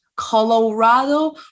Colorado